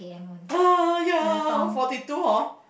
ah forty two hor